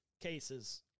cases